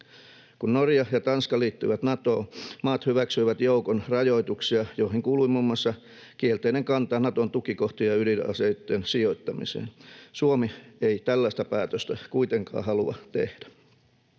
Kun Norja ja Tanska liittyivät Natoon, maat hyväksyivät joukon rajoituksia, joihin kuului muun muassa kielteinen kanta Naton tukikohtiin ja ydinaseitten sijoittamiseen. Suomi ei tällaista päätöstä kuitenkaan halua tehdä.